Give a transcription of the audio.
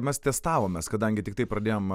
mes testavomės kadangi tiktai pradėjom